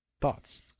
thoughts